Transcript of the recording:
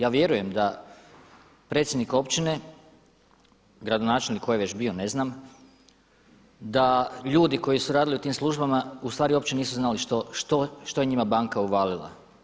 Ja vjerujem da predsjednik općine, gradonačelnik tko je već bio ne znam, da ljudi koji su radili u tim službama ustvari uopće nisu znali što je njima banka uvalila.